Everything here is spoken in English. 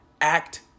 act